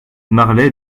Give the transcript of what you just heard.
marley